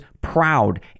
proud